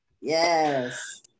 Yes